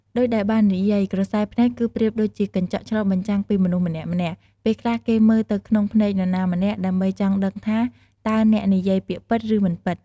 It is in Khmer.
ដូចដែលបាននិយាយ ក្រសែភ្នែក គឺប្រៀបដូចជាកញ្ចក់ឆ្លុះបញ្ចាំងពីមនុស្សម្នាក់ៗ ពេលខ្លះគេមើលទៅក្នុងភ្នែកនរណាម្នាក់ ដើម្បីចង់ដឹងថា តើអ្នកនិយាយពាក្យពិត ឬ មិនពិត។